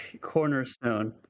cornerstone